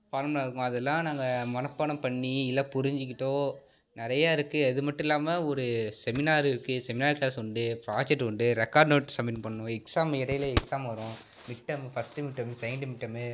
formula இருக்கும் அதெலாம் நாங்கள் மனப்பாடம் பண்ணி இல்லை புரிஞ்சுக்கிட்டோம் நிறைய இருக்குது அது மட்டுல்லாமல் ஒரு செமினார் இருக்குது செமினார் க்ளாஸ் உண்டு ப்ராஜக்ட் உண்டு ரெக்கார்ட் நோட் சப்மிட் பண்ணணும் எக்ஸாம் இடையில எக்ஸாம் வரும் மிட்டம் ஃபஸ்ட்டு மிட்டமு செகேண்டு மிட்டமு